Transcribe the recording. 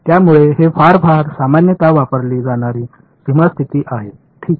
त्यामुळे हे फार फार सामान्यतः वापरली जाणारी सीमा स्थिती आहे ठीक